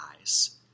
eyes